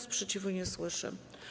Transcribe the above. Sprzeciwu nie słyszę.